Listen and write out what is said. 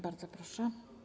Bardzo proszę.